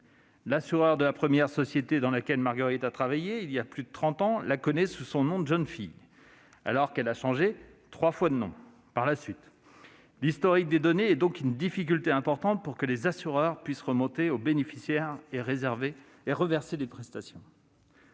L'assureur de la première société dans laquelle Marguerite a travaillé, il y a plus de trente ans, la connaît sous son nom de jeune fille, alors qu'elle a changé trois fois de nom par la suite. Établir l'historique des données est donc une difficulté très difficile à surmonter pour que pour les assureurs puissent remonter jusqu'au bénéficiaire et verser les prestations.